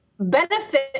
benefit